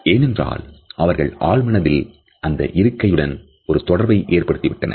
ஏனென்றால் அவர்கள் ஆழ்மனதில் அந்த இருக்கை உடன் ஒரு தொடர்பை ஏற்படுத்தி விட்டனர்